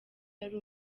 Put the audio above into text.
yari